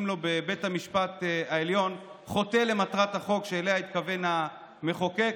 לו בבית המשפט העליון חוטאים למטרת החוק שאליה התכוון המחוקק,